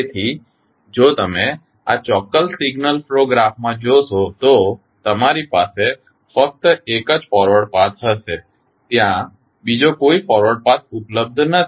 તેથી જો તમે આ ચોક્કસ સિગ્નલ ફ્લો ગ્રાફમાં જોશો તો તમારી પાસે ફક્ત એક જ ફોરવર્ડ પાથ હશે ત્યાં બીજો કોઈ ફોરવર્ડ પાથ ઉપલબ્ધ નથી